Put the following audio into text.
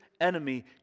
enemy